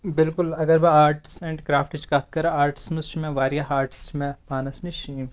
بِلکُل اَگر بہٕ آٹس اینڈ کرافتٹٔچ کَتھ کرٕ آرٹس منٛز چھُ مےٚ واریاہ آٹس چھِ مےٚ پانَس نِش